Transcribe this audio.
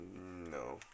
No